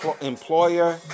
employer